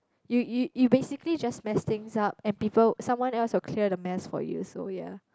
you you you basically just mess things up and people someone else will clear the mess for you so ya